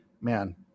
man